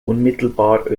unmittelbar